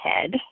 head